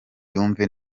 yumve